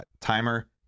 Timer